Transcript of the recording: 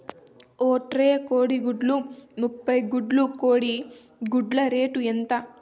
ఒక ట్రే కోడిగుడ్లు ముప్పై గుడ్లు కోడి గుడ్ల రేటు ఎంత?